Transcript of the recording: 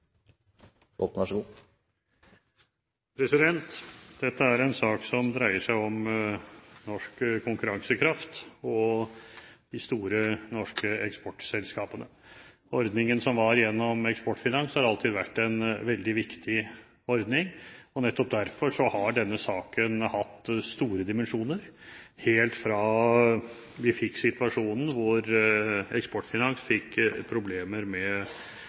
Dette er en sak som handler om norsk konkurransekraft og de store, norske eksportselskapene. Ordningen som fantes gjennom Eksportfinans ASA, har alltid vært en veldig viktig ordning, og nettopp derfor har denne saken hatt store dimensjoner, helt fra vi fikk situasjonen med at Eksportfinans ASA fikk problemer med